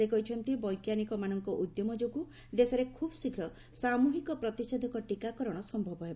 ସେ କହିଛନ୍ତି ବୈଙ୍କାନିକମାନଙ୍କ ଉଦ୍ୟମ ଯୋଗୁଁ ଦେଶରେ ଖୁବ୍ ଶୀଘ୍ର ସାମୁହିକ ପ୍ରତିଷେଧକ ଟିକାକରଣ ସମ୍ଭବ ହେବ